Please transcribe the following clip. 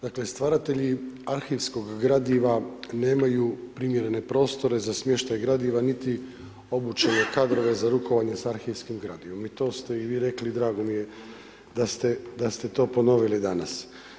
Dakle, stvaratelji arhivskog gradiva nemaju primjerene prostore za smještaj gradova niti obučene kadrove za rukovanje sa arhivskim gradivom i to ste i vi rekli, drago mi je da ste to ponovili danas.